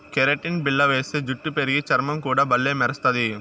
keratin బిల్ల వేస్తే జుట్టు పెరిగి, చర్మం కూడా బల్లే మెరస్తది